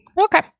Okay